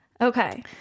Okay